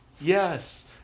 Yes